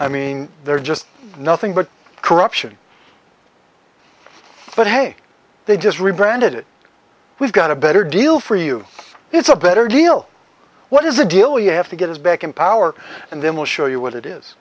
i mean they're just nothing but corruption but hey they just rebranded it we've got a better deal for you it's a better deal what is the deal you have to get us back in power and then we'll show you what it is